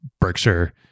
Berkshire